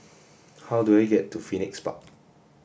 how do I get to Phoenix Park